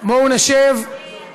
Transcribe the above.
בואו נשב, אדוני היושב-ראש.